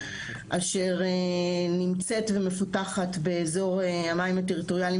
אשר נמצאת ומפותחת באזור המים הטריטוריאליים